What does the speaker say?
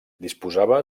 disposava